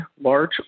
large